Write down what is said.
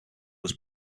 was